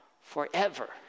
forever